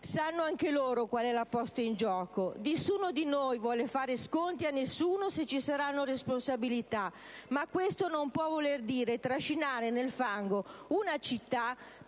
Sanno anche loro qual è la posta in gioco. Nessuno di noi vuole fare sconti a qualcuno, se ci saranno responsabilità. Ma questo non può voler dire trascinare nel fango una città